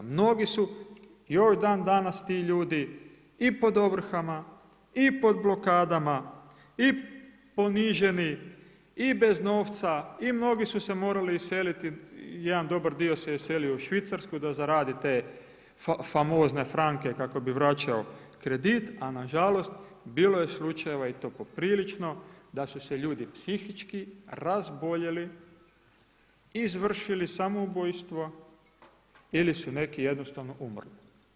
Mnogi su, još dan danas ti ljudi i pod ovrhama i pod blokadama i poniženi i bez novca i mnogi su se morali iseliti, jedan dobar dio se iselio u Švicarsku da zaradi te famozne franke kako bi vraćao kredit, a nažalost bilo je slučajeva i to poprilično, da su se ljudi psihički razboljeli, izvršili samoubojstvo ili su neki jednostavno umrli.